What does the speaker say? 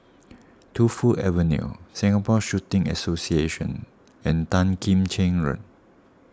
Tu Fu Avenue Singapore Shooting Association and Tan Kim Cheng Road